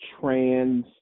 trans